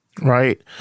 Right